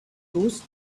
those